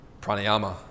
pranayama